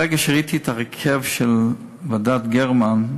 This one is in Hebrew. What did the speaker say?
ברגע שראיתי את ההרכב של ועדת גרמן,